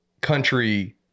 country